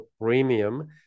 premium